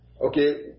Okay